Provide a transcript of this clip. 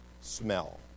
smell